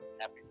happy